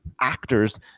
actors